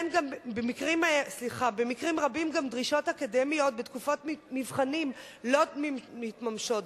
במקרים רבים גם דרישות אקדמיות בתקופות מבחנים לא מתממשות,